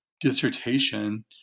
dissertation